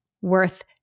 worth